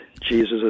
Jesus